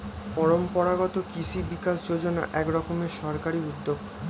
পরম্পরাগত কৃষি বিকাশ যোজনা এক রকমের সরকারি উদ্যোগ